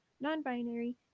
non-binary